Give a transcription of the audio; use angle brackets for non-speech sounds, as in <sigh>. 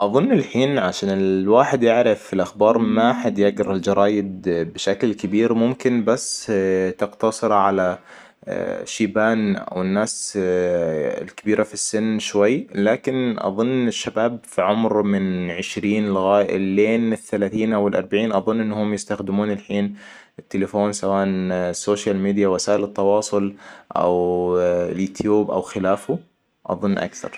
أظن الحين عشان الواحد يعرف الأخبار ما حد يقر الجرايد بشكل كبير ممكن بس <hesitation> تقتصر على <hesitation> شيبان او ناس <hesitation> الكبيرة في السن شوي لكن أظن الشباب في عمره من عشرين لغايه -الين الثلاثين او الأربعين إنهم يستخدمون الحين التلفون سواءاً السوشيال ميديا وسائل التواصل او اليوتيوب او خلافه أظن أكثر